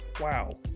wow